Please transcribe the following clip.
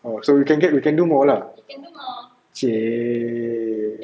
oh so you can get you can do more lah !chey!